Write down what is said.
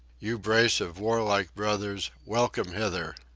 you brace of warlike brothers, welcome hither.